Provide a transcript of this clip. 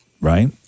right